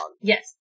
Yes